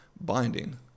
binding